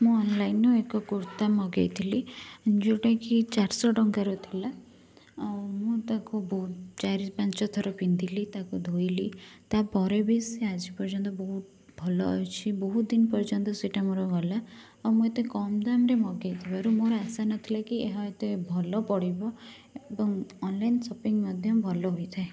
ମୁଁ ଅନଲାଇନ୍ରୁ ଏକ କୁର୍ତା ମଗାଇଥିଲି ଯେଉଁଟା କି ଚାରି ଶହ ଟଙ୍କାର ଥିଲା ଆଉ ମୁଁ ତାକୁ ବହୁତ ଚାରି ପାଞ୍ଚ ଥର ପିନ୍ଧିଲି ତାକୁ ଧୋଇଲି ତା'ପରେ ବି ସେ ଆଜି ପର୍ଯ୍ୟନ୍ତ ବହୁତ ଭଲ ଅଛି ବହୁତ ଦିନ ପର୍ଯ୍ୟନ୍ତ ସେଇଟା ମୋର ଗଲା ଆଉ ମୁଁ ଏତେ କମ୍ ଦାମ୍ ରେ ମଗାଇଥିବାରୁ ମୋର ଆଶା ନଥିଲା କି ଏହା ଏତେ ଭଲ ପଡ଼ିବ ଏବଂ ଅନଲାଇନ୍ ଶପିଙ୍ଗ୍ ମଧ୍ୟ ଭଲ ହେଇଥାଏ